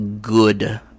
good